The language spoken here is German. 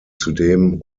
zudem